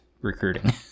recruiting